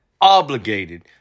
Obligated